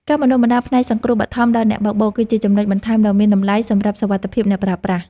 ការបណ្តុះបណ្តាលផ្នែកសង្គ្រោះបឋមដល់អ្នកបើកបរ គឺជាចំណុចបន្ថែមដ៏មានតម្លៃសម្រាប់សុវត្ថិភាពអ្នកប្រើប្រាស់។